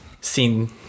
seen